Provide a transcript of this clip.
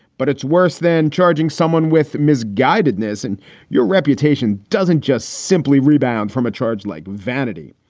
but it's worse than charging someone with misguided ness. and your reputation doesn't just simply rebound from a charge like vanity.